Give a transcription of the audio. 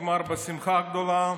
נגמר בשמחה גדולה.